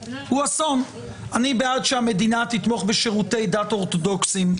אני בעד שהמדינה תתמוך בשירותי דת אורתודוכסים,